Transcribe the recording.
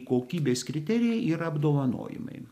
kokybės kriterijai yra apdovanojimai